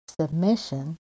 submission